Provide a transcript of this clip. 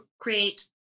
create